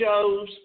shows